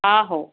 ଓ ହଉ